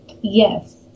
Yes